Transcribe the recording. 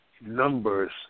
numbers